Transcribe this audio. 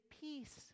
peace